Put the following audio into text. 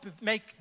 make